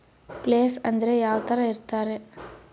Place ಅಂದ್ರೆ ಯಾವ್ತರ ಇರ್ತಾರೆ?